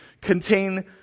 contain